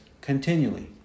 continually